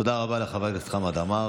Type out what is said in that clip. תודה רבה לחבר הכנסת חמד עמאר.